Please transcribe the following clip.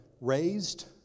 raised